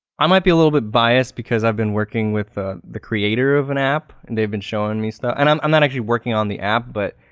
i might be a little bit biased because i've been working with ah the creator of an app and they've been showing me stuff. and i'm i'm not actually working on the app but